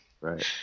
right